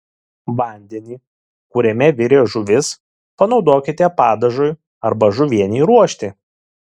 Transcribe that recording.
vandenį kuriame virė žuvis panaudokite padažui arba žuvienei ruošti